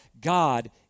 God